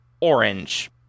orange